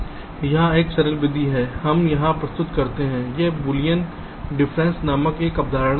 इसलिए यहां एक सरल विधि हम यहां प्रस्तुत करते हैं यह बूलियन अंतर नामक एक अवधारणा पर आधारित है